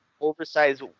oversized